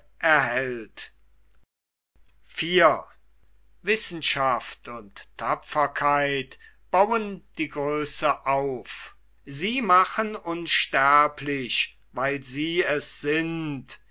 bauen die größe auf sie machen unsterblich weil sie es sind